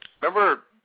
remember